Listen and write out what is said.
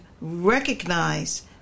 recognize